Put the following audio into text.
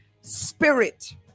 spirit